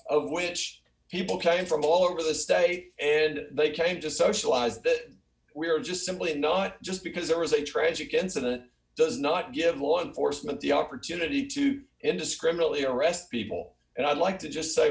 of which people came from all over the state and they came to socialize that we are just simply not just because there was a tragic incident does not give law enforcement the opportunity to indiscriminately arrest people and i'd like to just say